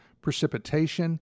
precipitation